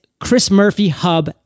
chrismurphyhub